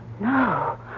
No